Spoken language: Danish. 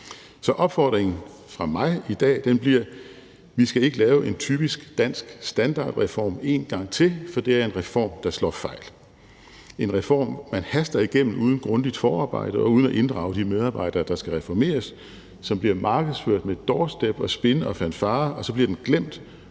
Så opfordringen fra mig i dag bliver: Vi skal ikke lave en typisk dansk standardreform en gang til, for det er en reform, der slår fejl, en reform, man haster igennem uden grundigt forarbejde og uden at inddrage de medarbejdere, der skal reformeres, som bliver markedsført med doorstep og spin og fanfarer, og så bliver den glemt,